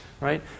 right